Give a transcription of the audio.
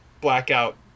blackout